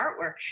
artwork